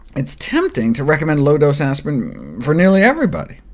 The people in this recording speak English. it is tempting to recommend low-dose aspirin for nearly everybody.